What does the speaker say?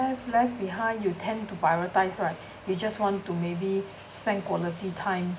left behind you tend to prioritise right you just want to maybe spend quality time